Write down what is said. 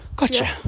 Gotcha